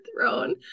throne